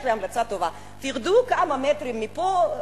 יש לי המלצה טובה: תרדו כמה מטרים מפה,